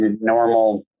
normal